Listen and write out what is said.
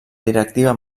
directiva